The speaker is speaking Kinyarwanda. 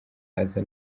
aza